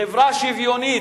בחברה שוויונית,